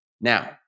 Now